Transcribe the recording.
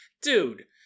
dude